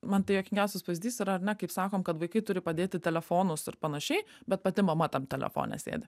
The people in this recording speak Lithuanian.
man tai juokingiausias pavyzdys yra ar ne kaip sakom kad vaikai turi padėti telefonus ir panašiai bet pati mama tam telefone sėdi